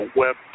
web